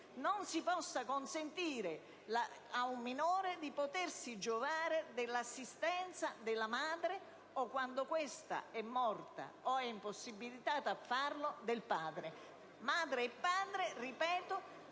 non si possa consentire ad un minore di potersi giovare dell'assistenza della madre o, quando questa è morta o è impossibilitata a farlo, del padre. Madre e padre - ripeto